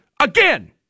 again